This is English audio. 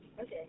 Okay